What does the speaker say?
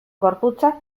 gorputzak